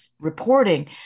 reporting